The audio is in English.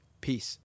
Peace